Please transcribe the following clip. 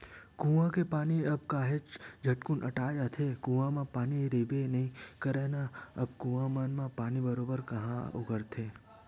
कुँआ के पानी ह अब काहेच झटकुन अटा जाथे, कुँआ म पानी रहिबे नइ करय ना अब कुँआ मन म पानी बरोबर काँहा ओगरथे